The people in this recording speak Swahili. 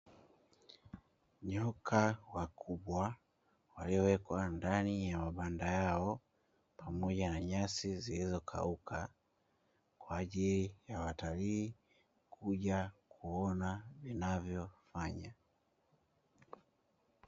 Nyoka wakubwa waliowekwa ndani ya mabanda yao pamoja na nyasi zilizokauka, kwa ajili ya watalii kuja kuona wanavyofanya.